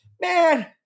man